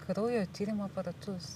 kraujo tyrimo aparatus